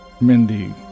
Mindy